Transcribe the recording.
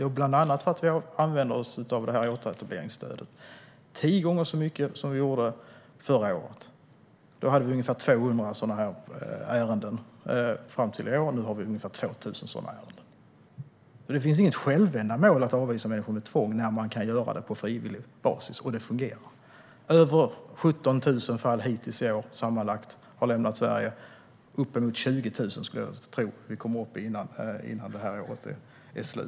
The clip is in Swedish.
Det är bland annat för att vi använder oss av återetableringsstödet tio gånger så mycket som vi gjorde förra året. Då hade vi ungefär 200 sådana ärenden. Nu har vi ungefär 2 000 sådana ärenden. Det är inget självändamål att avvisa människor med tvång när man kan göra det på frivillig basis och det fungerar. Över 17 000 människor i sådana ärenden har hittills i år lämnat Sverige. Jag skulle tro att det blir uppemot 20 000 innan detta år är slut.